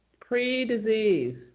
pre-disease